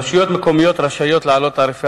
רשויות מקומיות רשאיות להעלות את תרעיפי